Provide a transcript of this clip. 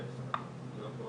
האחרונה